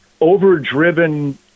overdriven